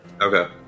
Okay